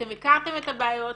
אתם הכרתם את הבעיות,